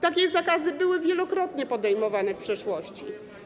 Takie zakazy były wielokrotnie podejmowane w przeszłości.